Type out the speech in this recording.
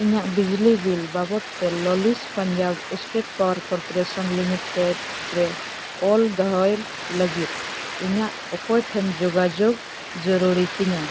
ᱤᱧᱟᱹᱜ ᱵᱤᱡᱽᱞᱤ ᱵᱤᱞ ᱵᱟᱵᱚᱫ ᱛᱮ ᱞᱟᱹᱞᱤᱥ ᱯᱟᱸᱡᱟ ᱥᱴᱮᱴ ᱯᱟᱣᱟᱨ ᱠᱚᱨᱯᱳᱨᱮᱥᱚᱱ ᱞᱤᱢᱤᱴᱮᱰ ᱨᱮ ᱚᱞ ᱫᱚᱦᱚᱭ ᱞᱟᱹᱜᱤᱫ ᱤᱧᱟᱹᱜ ᱚᱠᱚᱭ ᱴᱷᱮᱱ ᱡᱳᱜᱟᱡᱳᱜᱽ ᱡᱟᱹᱨᱩᱨᱤ ᱛᱤᱧᱟᱹ